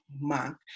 month